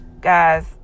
Guys